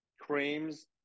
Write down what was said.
creams